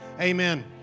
amen